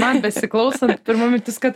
man besiklausant pirma mintis kad